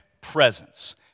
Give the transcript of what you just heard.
presence